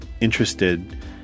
interested